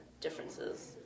differences